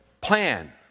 Plan